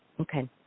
Okay